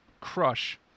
Crush